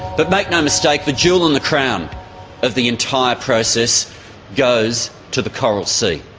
but make no mistake, the jewel in the crown of the entire process goes to the coral sea.